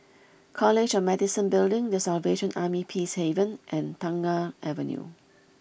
College of Medicine Building The Salvation Army Peacehaven and Tengah Avenue